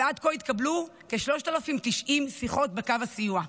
ועד כה התקבלו כ-3,090 שיחות בקו הסיוע.